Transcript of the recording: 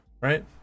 right